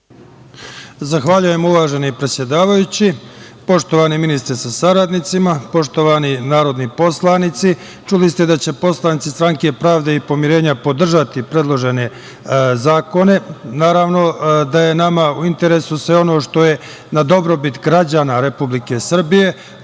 Zahvaljujem, uvaženi predsedavajući. Poštovani ministre sa saradnicima, poštovani narodni poslanici, čuli ste da će poslanici SPP podržati predložene zakone. Naravno, da je nama u interesu sve ono što je na dobrobit građana Republike Srbije,